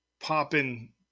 popping